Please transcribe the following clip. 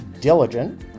Diligent